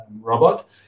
robot